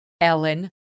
Ellen